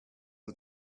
are